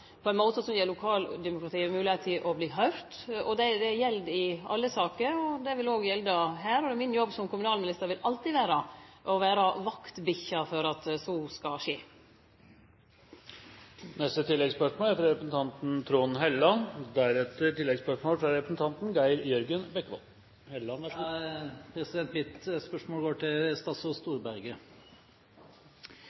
på ein måte som gir lokaldemokratiet moglegheit for å verte høyrt. Det gjeld i alle saker, og det vil òg gjelde her. Min jobb som kommunalminister vil alltid vere å vere vaktbikkje for at så skal